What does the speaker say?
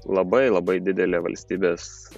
labai labai didelė valstybės